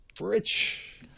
Rich